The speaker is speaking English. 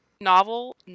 novel